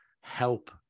help